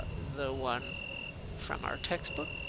the one from our textbook.